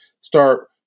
start